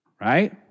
right